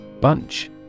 Bunch